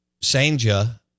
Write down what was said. Sanja